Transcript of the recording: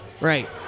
Right